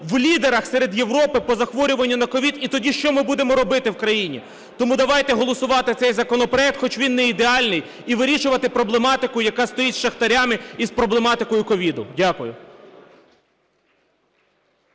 в лідерах серед Європи по захворюванню на COVID. І тоді що ми будемо робити в країні? Тому давайте голосувати цей законопроект, хоч він не ідеальний, і вирішувати проблематику, яка стоїть з шахтарями, і з проблематикою COVID. Дякую.